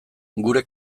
gure